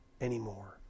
anymore